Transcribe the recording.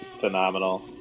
phenomenal